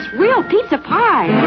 yeah pizza pie.